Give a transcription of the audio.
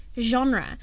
genre